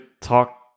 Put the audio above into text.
talk